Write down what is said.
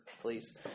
please